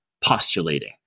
postulating